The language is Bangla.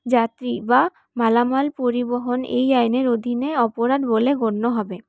যাত্রী বা মালামাল পরিবহণ এই আইনের অধীনে অপরাধ বলে গণ্য হবে